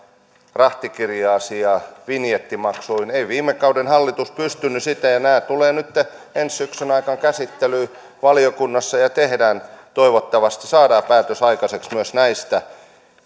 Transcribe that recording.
rahtikirja asiaan vinjettimaksuihin ei viime kauden hallitus pystynyt siihen ja nämä tulevat nytten ensi syksyn aikana käsittelyyn valiokunnassa ja tehdään toivottavasti saadaan päätös aikaiseksi myös näistä